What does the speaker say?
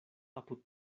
apud